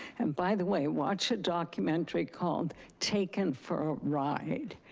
and by the way, watch a documentary called taken for a ride,